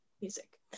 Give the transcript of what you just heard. music